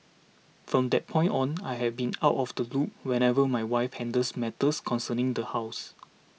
from that point on I have been out of the loop whenever my wife handles matters concerning the house